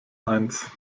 eins